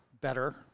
better